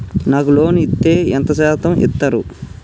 నాకు లోన్ ఇత్తే ఎంత శాతం ఇత్తరు?